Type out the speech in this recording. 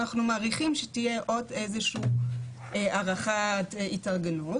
והם מעריכים שתהיה עוד איזושהי הארכת התארגנות